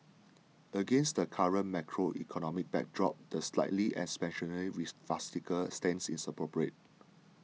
against the current macroeconomic backdrop the slightly expansionary fiscal stance is appropriate